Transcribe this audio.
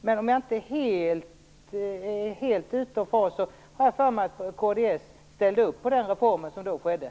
Men om jag inte helt missminner mig ställde kristdemokraterna upp på den reform som då genomfördes.